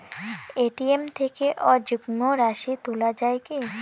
ATM থেকে অযুগ্ম রাশি তোলা য়ায় কি?